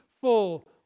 full